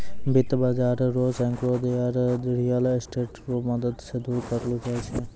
वित्त बाजार रो सांकड़ो दायरा रियल स्टेट रो मदद से दूर करलो जाय छै